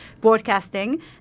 Broadcasting